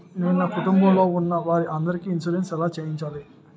నేను నా కుటుంబం లొ ఉన్న వారి అందరికి ఇన్సురెన్స్ ఎలా చేయించాలి?